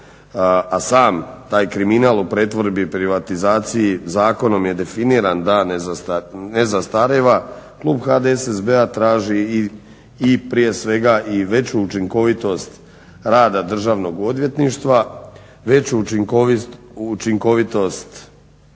a sam taj kriminal u pretvorbi i privatizaciji zakonom je definiran da ne zastarijeva klub HDSSB-a traži i prije svega i veću učinkovitost rada Državnog odvjetništva, veću učinkovitost